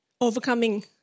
overcoming